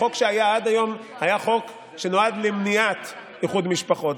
החוק שהיה עד היום היה חוק שנועד למניעת איחוד משפחות.